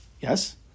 Yes